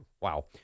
Wow